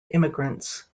immigrants